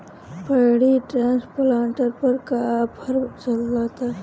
Paddy transplanter पर का offer चलता?